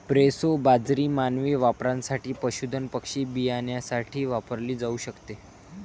proso बाजरी मानवी वापरासाठी, पशुधन पक्षी बियाण्यासाठी वापरली जाऊ शकते